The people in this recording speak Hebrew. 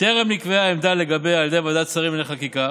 וטרם נקבעה עמדה לגביה על ידי ועדת שרים לענייני חקיקה,